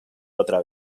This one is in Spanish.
otra